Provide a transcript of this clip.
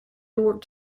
worked